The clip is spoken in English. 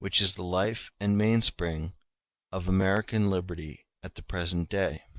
which is the life and mainspring of american liberty at the present day.